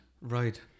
Right